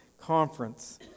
Conference